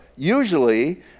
Usually